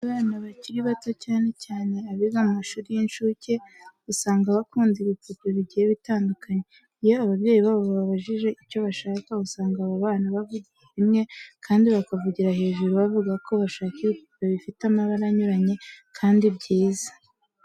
Abana bakiri bato cyane cyane abiga mu mashuri y'incuke usanga bakunda ibipupe bigiye bitandukanye. Iyo ababyeyi babo bababajije icyo bashaka, usanga aba bana bavugiye rimwe kandi bakavugira hejuru bavuga ko bashaka ibipupe bifite amabara anyuranye kandi byiza.